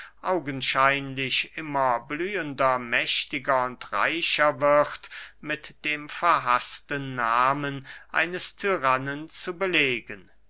augenscheinlich immer blühender mächtiger und reicher wird mit dem verhaßten nahmen eines tyrannen zu belegen